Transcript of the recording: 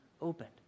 opened